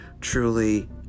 truly